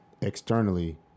externally